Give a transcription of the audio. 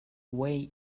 way